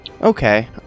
Okay